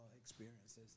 experiences